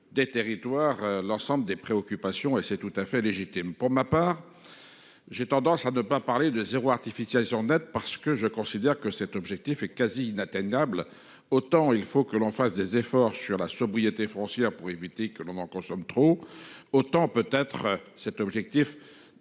des territoires. L'ensemble des préoccupations et c'est tout à fait légitime pour ma part. J'ai tendance à ne pas parler de 0 artificiel sur net parce que je considère que cet objectif est quasi inatteignable. Autant il faut que l'on fasse des efforts sur la sobriété foncière pour éviter que l'on en consomme trop autant peut être cet objectif